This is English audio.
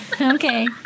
Okay